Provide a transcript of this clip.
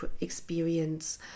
experience